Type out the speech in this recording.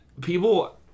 people